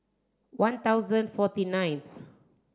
one thousand forty ninth